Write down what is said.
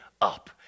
up